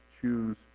choose